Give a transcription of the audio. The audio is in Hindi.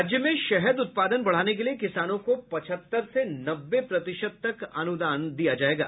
राज्य में शहद उत्पादन बढ़ाने के लिए किसानों को पचहत्तर से नब्बे प्रतिशत तक अनुदान मिलेगा